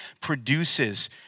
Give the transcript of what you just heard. produces